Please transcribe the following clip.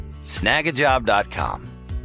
Snagajob.com